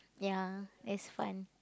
ya it's fun